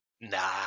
nah